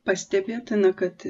pastebėtina kad